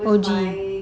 O_G